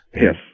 Yes